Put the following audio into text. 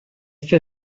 fer